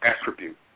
attribute